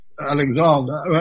Alexander